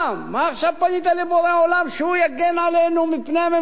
מה עכשיו פנית לבורא עולם שהוא יגן עלינו מפני הממשלה?